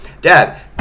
Dad